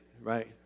right